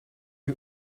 you